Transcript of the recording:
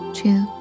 two